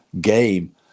game